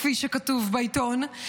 כפי שכתוב בעיתון,